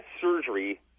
surgery